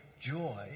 joy